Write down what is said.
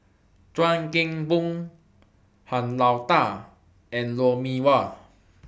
Chuan Keng Boon Han Lao DA and Lou Mee Wah